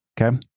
Okay